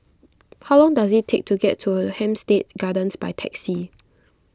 how long does it take to get to Hampstead Gardens by taxi